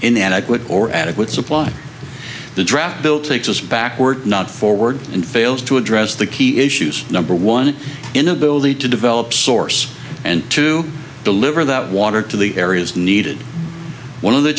inadequate or adequate supply the draft bill takes us backward not forward and fails to address the key issues number one inability to develop source and to deliver that water to the areas needed one of the